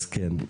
אז כן?